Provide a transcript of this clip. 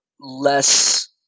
less